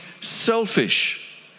selfish